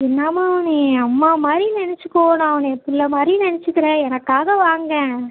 என்னம்மா நீ அம்மா மாரி நினச்சிக்கோ நான் உன்னையை பிள்ள மாதிரி நினச்சிக்கிறேன் எனக்காக வாங்கேன்